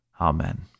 Amen